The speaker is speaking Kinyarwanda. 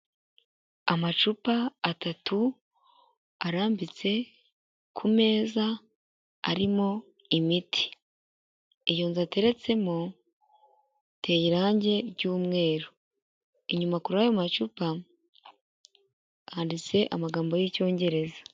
Amacupa atatu arambitse ku meza arimo imiti, iyo nzu ateretsemo iteye irangi ry'umweru, inyuma kuri ayo macupa handitse amagambo y'Icyongereza.